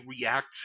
react